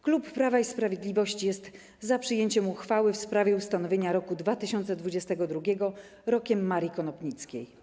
Klub Prawa i Sprawiedliwości jest za przyjęciem uchwały w sprawie ustanowienia roku 2022 Rokiem Marii Konopnickiej.